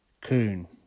Coon